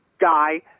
guy